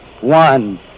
one